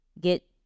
get